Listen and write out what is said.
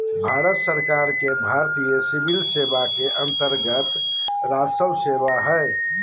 भारत सरकार के भारतीय सिविल सेवा के अन्तर्गत्त राजस्व सेवा हइ